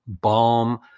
balm